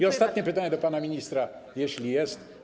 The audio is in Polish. I ostatnie pytanie do pana ministra, jeśli jest.